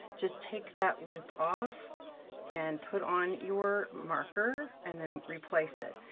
just take that loop off and put on your marker, and then replace it.